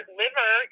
liver